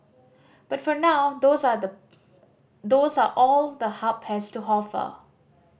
but for now those are the those are all the Hub has to offer